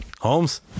holmes